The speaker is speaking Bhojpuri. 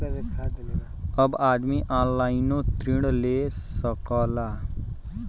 अब आदमी ऑनलाइनों ऋण ले सकलन